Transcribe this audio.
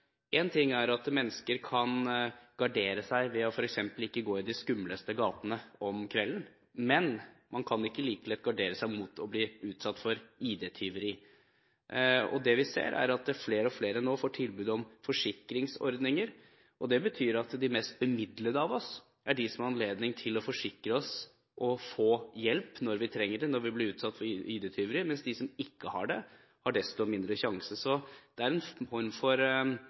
ting er at mennesker kan gardere seg ved f.eks. ikke å gå i de skumleste gatene om kvelden, men man kan ikke like lett gardere seg mot å bli utsatt for ID-tyveri. Vi ser at flere og flere nå får tilbud om forsikringsordninger. Det betyr at de mest bemidlede av oss har anledning til å forsikre oss og få hjelp når vi trenger det når vi blir utsatt for ID-tyveri, mens de som ikke har det, har desto mindre sjanse. Så det kan bli en form for klassejustis ved at de svakerestilte i samfunnet blir enda lettere offer for